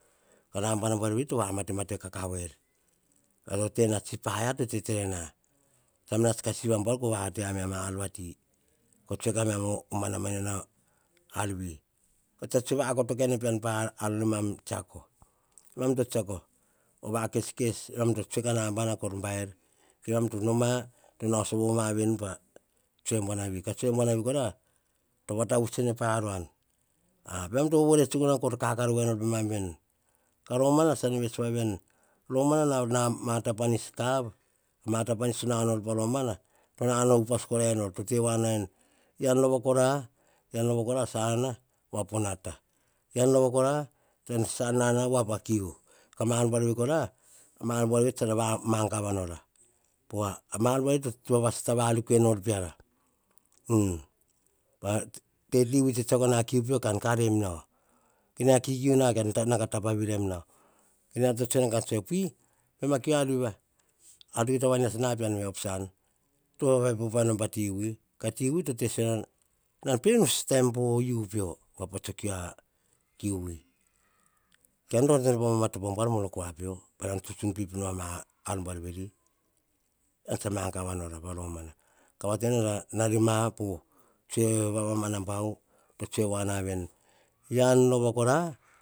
Ka nambana buar veri to va mate mate ka ka wuer, tena tsi paia to tete na tsa nats ka siv ambuar, ka vate a miam pa ar vati ko tsue ka miam o vama na ina ar vi, o yia tsa va koto ka ne pean. Ar ne mam tsiako, o va keskes, mam to tsuek a nambana kor bair ke mam to noma to nau sopo ma veni pa tsue, ka tsue buanavi kora to va ta vuts en pa aran. Emam to vovore tsuk noma, ka kakar wa nor pemam veni. Ka romana tsan vets wa nom veni, pa romana ma ta panis kav, mata pani nau nora pa romana to na nau upas korair nor. To tewa na ven eyian rova kora eyian rova kora sanana wa po nata. Yian rova kora tsa sanana pu kiu ka mar buar veri kora mar buar veri kora tsu ra mangava nora po wa, mar veri to va sata varik kuer nor peara, te ti vi tse tsiako na kiu pio ka kar nem nau. Nia kikiu na ka na tapa viraim nau, nia tso tsue na ka, piui baim ma kiu ar vi va, ar vi tse kia ta vanias na pean. Op san to va va epo nom ma ti wi. Ka ti wi te sisiono nam nusataim po yiu po pats tso kiu a kiu po ke yian tsa ma ma topo a buar mene kua pio pan nan tsu tsun pip nom a mar buar veri. Ar tsa ra mangava nora pa romana ka va ta ne na rema po, tsue va vamana bau to tsue wa na veni. Yian rova kora